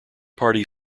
party